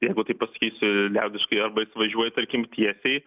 jeigu taip pasakysiu liaudiškai arba jis važiuoja tarkim tiesiai